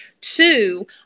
Two